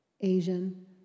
Asian